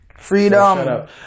Freedom